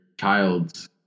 child's